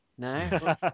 No